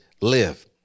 live